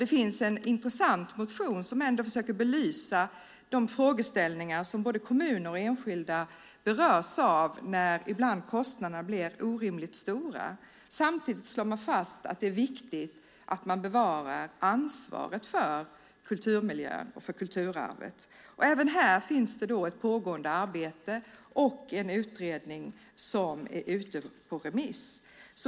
Det finns en intressant motion där man försöker belysa de frågeställningar som både kommuner och enskilda berörs av när, som det ibland blir, kostnaderna blir orimligt stora. Samtidigt slås det fast att det är viktigt att bevara ansvaret för kulturmiljön och kulturarvet. Även här pågår ett arbete, och ett utredningsbetänkande är ute på remiss.